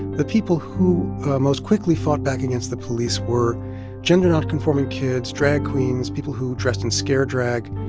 the people who most quickly fought back against the police were gender nonconforming kids, drag queens, people who dressed in scare drag,